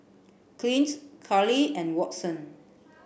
Clint Carlie and Watson